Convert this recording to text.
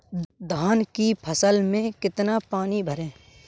धान की फसल में कितना पानी भरें?